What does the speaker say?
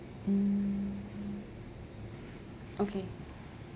hmm okay